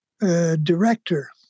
director